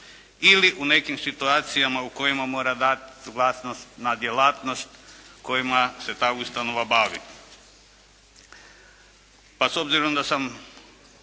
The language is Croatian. ili u nekim situacijama u kojima mora dati suglasnost na djelatnost kojima se ta ustanova bavi.